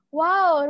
wow